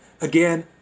Again